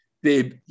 babe